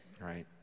right